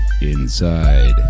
inside